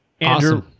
Andrew